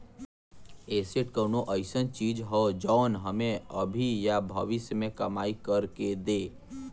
asset कउनो अइसन चीज हौ जौन हमें अभी या भविष्य में कमाई कर के दे